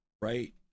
right